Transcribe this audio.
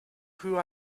who